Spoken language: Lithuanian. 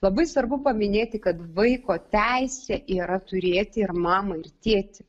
labai svarbu paminėti kad vaiko teisė yra turėti ir mamą ir tėtį